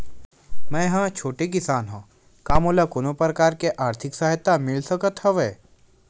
मै ह छोटे किसान हंव का मोला कोनो प्रकार के आर्थिक सहायता मिल सकत हवय?